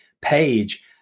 page